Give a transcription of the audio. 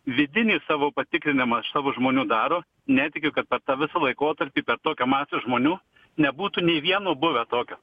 vidinį savo patikrinimą savo žmonių daro netikiu kad per tą visą laikotarpį per tokią masę žmonių nebūtų nei vieno buvę tokio